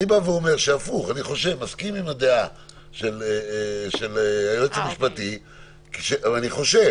אני מסכים עם הדעה שלך היועץ המשפטי ואני חושב